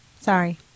Sorry